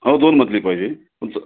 हो दोन मजली पाहिजे उंच